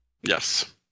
Yes